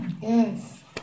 Yes